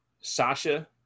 Sasha